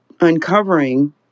uncovering